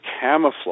camouflage